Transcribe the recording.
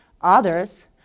others